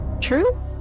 True